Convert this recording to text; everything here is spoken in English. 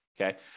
Okay